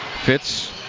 Fitz